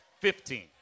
Fifteen